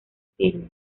siglo